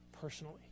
personally